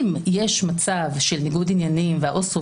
אם יש מצב של ניגוד עניינים והעובד הסוציאלי